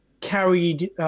carried